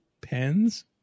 pens